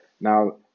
Now